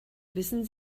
wissen